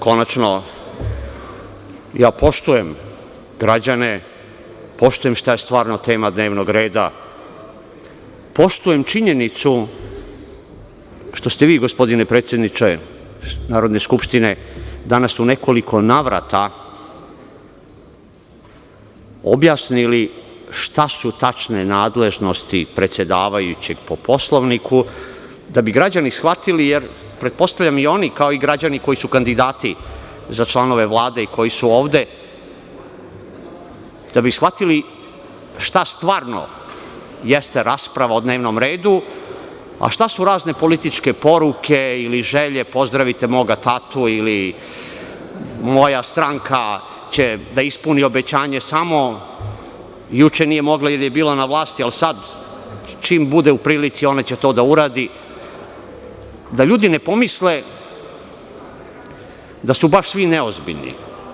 Konačno, poštujem građane, poštujem temu dnevnog reda, poštujem činjenicu što ste vi, gospodine predsedniče Narodne skupštine, danas u nekoliko navrata objasnili šta su tačne nadležnosti predsedavajućeg po Poslovniku kako bi građani shvatili, jer pretpostavljam da oni, kao i građani koji su kandidati za članove Vlade i koji su ovde, šta stvarno jeste rasprava o dnevnom redu, a šta su razne političke poruke ili želje: pozdravite moga tatu, moja stranka će da ispuni obećanje samo, juče nije mogla, a sada čim bude u prilici ona će to da uradi, da ljudi ne pomisle da su baš svi neozbiljni.